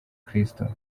kristo